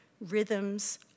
Rhythms